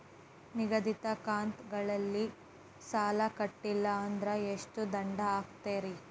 ನಿಗದಿತ ಕಂತ್ ಗಳಲ್ಲಿ ಸಾಲ ಕಟ್ಲಿಲ್ಲ ಅಂದ್ರ ಎಷ್ಟ ದಂಡ ಹಾಕ್ತೇರಿ?